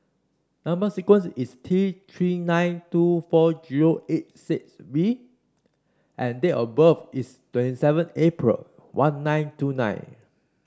number sequence is T Three nine two four zero eight six V and date of birth is twenty seven April one nine two nine